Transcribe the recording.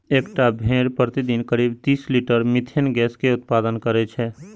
एकटा भेड़ प्रतिदिन करीब तीस लीटर मिथेन गैस के उत्पादन करै छै